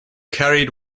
carried